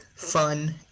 Fun